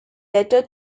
letter